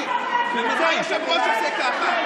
אתם לא תוציאו אותו.